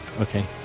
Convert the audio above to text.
okay